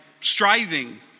striving